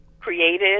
created